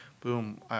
boom